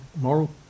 moral